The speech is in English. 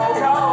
go